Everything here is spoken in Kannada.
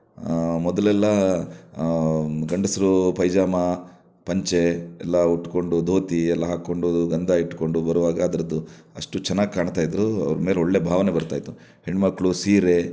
ಮೊದಲೆಲ್ಲ ಗಂಡಸರು ಪೈಜಾಮ ಪಂಚೆ ಎಲ್ಲ ಉಟ್ಟುಕೊಂಡು ಧೋತಿ ಎಲ್ಲ ಹಾಕಿಕೊಂಡು ಗಂಧ ಇಟ್ಟುಕೊಂಡು ಬರುವಾಗ ಅದರದ್ದು ಅಷ್ಟು ಚೆನ್ನಾಗಿ ಕಾಣ್ತಾ ಇದ್ದರು ಅವರ ಮೇಲೆ ಒಳ್ಳೆಯ ಭಾವನೆ ಬರ್ತಾ ಇತ್ತು ಹೆಣ್ಣುಮಕ್ಕಳು ಸೀರೆ